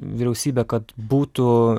vyriausybę kad būtų